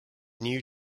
new